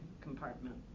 compartment